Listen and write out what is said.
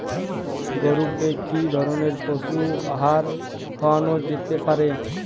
গরু কে কি ধরনের পশু আহার খাওয়ানো যেতে পারে?